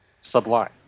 Sublime